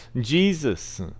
Jesus